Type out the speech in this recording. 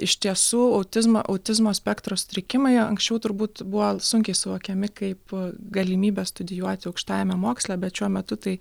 iš tiesų autizmo autizmo spektro sutrikimai anksčiau turbūt buvo sunkiai suvokiami kaip galimybė studijuoti aukštajame moksle bet šiuo metu tai